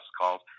calls